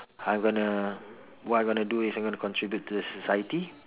I gonna what I gonna do is I'm gonna contribute to the society